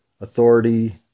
authority